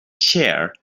chair